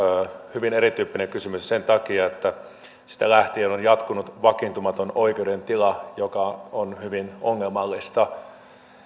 hyvin erityyppinen kysymys sen takia että siitä lähtien on jatkunut vakiintumaton oikeuden tila mikä on hyvin ongelmallista